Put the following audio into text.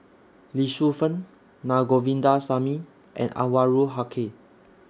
Lee Shu Fen Na Govindasamy and Anwarul Haque